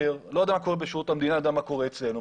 לא יודע מה קורה בשירות המדינה אבל אני יודע מה קורה אצלנו.